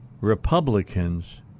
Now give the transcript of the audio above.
republicans